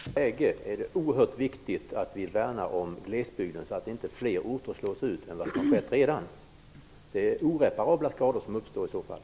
Fru talman! Även i ett ekonomiskt besvärligt läge är det oerhört viktigt att vi värnar om glesbygden så att inte fler orter slås ut än vad som har skett redan. Det uppstår oreparabla skador i så fall.